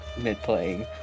mid-playing